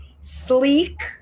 sleek